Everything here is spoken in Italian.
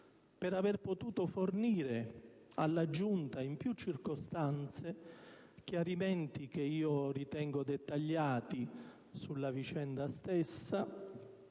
per aver potuto fornire alla Giunta in più circostanze chiarimenti che io ritengo dettagliati sulla vicenda stessa